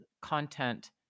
content